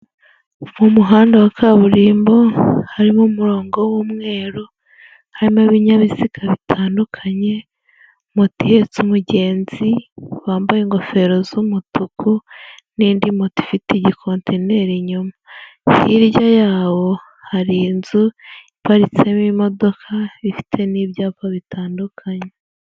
Mu muhanda wa kaburimbo harimo umurongo w'umweru, harimo ibinyabiziga bitandukanye, moto ihetse umugenzi, wambaye ingofero z'umutuku n'indi moto ifite igikontineri inyuma, hirya yabo hari inzu iparitsemo imodoka ifite n'ibyapa bitandukanye.